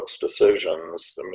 decisions